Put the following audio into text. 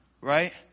right